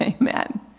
Amen